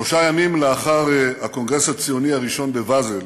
שלושה ימים לאחר הקונגרס הציוני הראשון בבאזל,